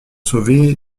sauvé